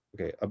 okay